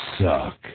Suck